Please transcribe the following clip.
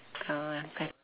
uh I'm fine